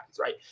right